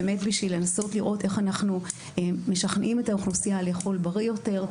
כדי לנסות לראות איך אנחנו משכנעים את האוכלוסייה לאכול בריא יותר,